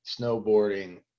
snowboarding